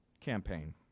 campaign